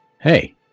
Hey